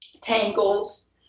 tangles